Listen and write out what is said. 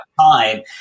time